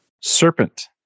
Serpent